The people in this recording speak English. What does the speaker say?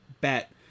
bet